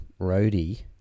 Roadie